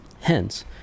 hence